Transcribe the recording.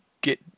get